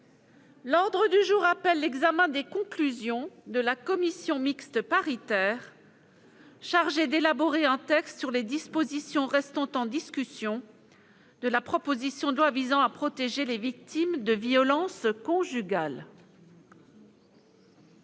L'ordre du jour appelle l'examen des conclusions de la commission mixte paritaire chargée d'élaborer un texte sur les dispositions restant en discussion de la proposition de loi visant à protéger les victimes de violences conjugales